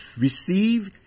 receive